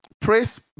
Praise